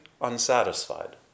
unsatisfied